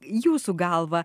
jūsų galva